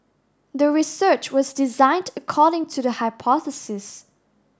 the research was designed according to the hypothesis